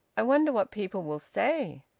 i wonder what people will say!